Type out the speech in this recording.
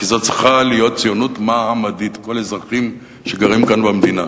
כי זו צריכה להיות ציונות מעמדית לכל האזרחים שגרים כאן במדינה.